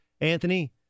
Anthony